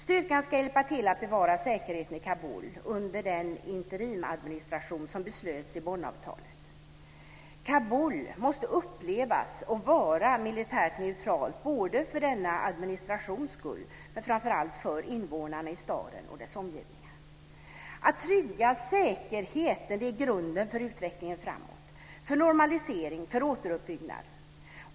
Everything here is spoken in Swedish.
Styrkan ska hjälpa till att bevara säkerheten i Kabul under den interimadministration som beslöts i Bonnavtalet. Kabul måste upplevas och vara militärt neutralt för både denna administrations skull och framför allt för invånarna i staden och dess omgivningar. Att trygga säkerheten är grunden för utvecklingen framåt, för normalisering och återuppbyggnad.